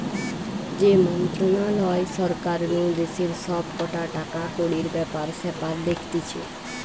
যে মন্ত্রণালয় সরকার নু দেশের সব কটা টাকাকড়ির ব্যাপার স্যাপার দেখতিছে